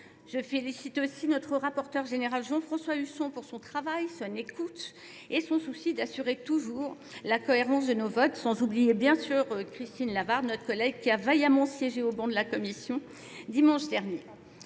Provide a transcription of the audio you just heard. Je félicite aussi notre rapporteur général Jean-François Husson pour son travail, son écoute et son souci d'assurer toujours la cohérence de nos votes, sans oublier bien sûr Christine Lavarde, notre collègue, qui a vaillamment siégé au banc de la Commission dimanche dernier.